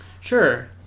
Sure